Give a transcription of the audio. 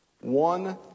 One